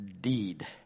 deed